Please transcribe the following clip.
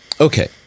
Okay